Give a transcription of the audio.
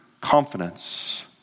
confidence